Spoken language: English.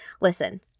Listen